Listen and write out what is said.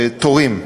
תורים,